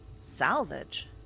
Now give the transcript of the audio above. Salvage